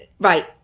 Right